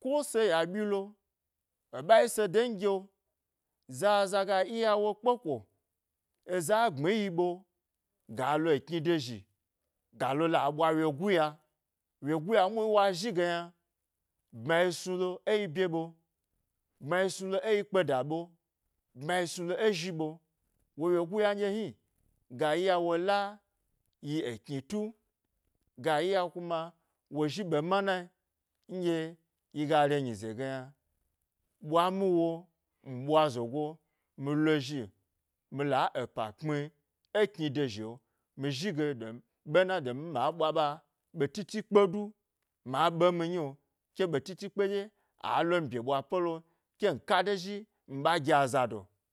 ko esa yaɓyi lo, eɓa yise dongi'o, zaza ga iya wo kpeko, eza gbmi eyi ɓe, galo ekni dozhi, galola, ɓwa wyeguwa muhni wa zhi ge yna bma yi snulo, e yi bye ɓe bma yi snu lo, eyi kpeda ɓe, bma yi snulo ezhi ɓe, wo wyeguyu nɗye hni, ga iya wo la yi eknu tu, ga iya kuma wo zhi ɓe mana nɗye yiga te nyize ga yna ɓwa mi wo mi ɓwa zogo mi lo zhi, mi la epa kpmie kni do zhi'o mi zhige ɗye ɓen ɗye mi zhi ma ɓwa ɓa ɓe titi kpe du ɓe emi nyi'o ke ɓe titi kpe ɗye alomi bye ɓwa pelo ken kalde zhi mi ɓagi azado